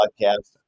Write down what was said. podcast